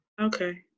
Okay